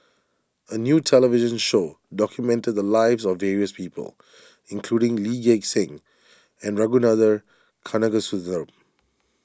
a new television show documented the lives of various people including Lee Gek Seng and Ragunathar Kanagasuntheram